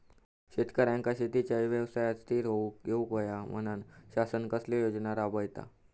शेतकऱ्यांका शेतीच्या व्यवसायात स्थिर होवुक येऊक होया म्हणान शासन कसले योजना राबयता?